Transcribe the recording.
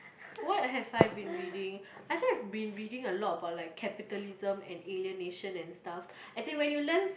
what have I been reading I think I've been reading a lot about like capitalism and alienation and stuff as in when you learns